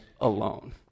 alone